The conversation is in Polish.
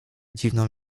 dziwną